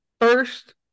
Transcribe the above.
first